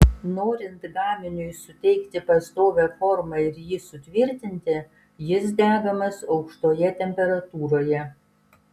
norint gaminiui suteikti pastovią formą ir jį sutvirtinti jis degamas aukštoje temperatūroje